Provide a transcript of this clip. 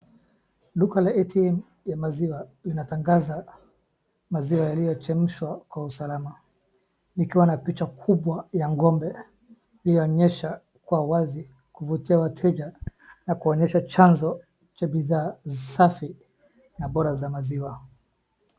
Duka la ATM ya maziwa linatangaza maziwa yaliyochemshwa kwa usalama ikiwa na picha kubwa ya ng'ombe inayoonyesha kwa wazi kuvutia wateja na kuonyesha chazo cha bidhaa safi na bora za maziwa.